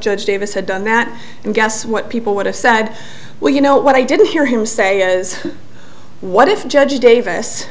judge davis had done that and guess what people would have said well you know what i didn't hear him say is what if judge davis